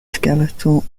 skeletal